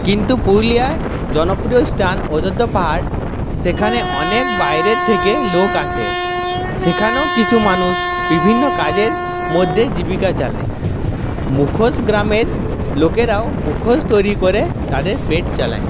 কিন্তু পুরুলিয়ার জনপ্রিয় স্থান অযোধ্যা পাহাড় সেখানে অনেক বাইরের থেকে লোক আসে সেখানেও কিছু মানুষ বিভিন্ন কাজের মধ্যে জীবিকা চালায় মুখোশ গ্রামের লোকেরাও মুখোশ তৈরি করে তাদের পেট চালায়